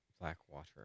Blackwater